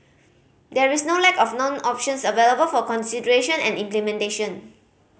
there is no lack of known options available for consideration and implementation